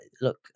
look